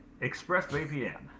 expressvpn